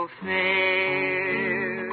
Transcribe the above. fair